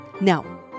Now